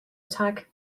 attack